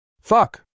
Fuck